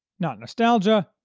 not nostalgia,